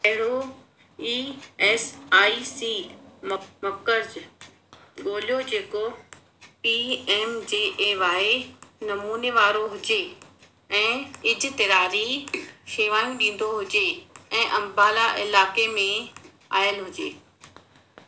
अहिड़ो E S I C मक मकरज ॻोल्हयो जेको P M J A Y नमूने वारो हुजे ऐं इजतिरारी शेवाऊं ॾींदो हुजे ऐं अम्बाला इलाइक़े में आयल हुजे